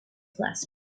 plaza